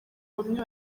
bamwe